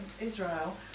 Israel